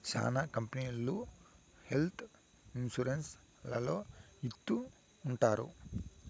శ్యానా కంపెనీలు health insurance లలో ఇత్తూ ఉంటాయి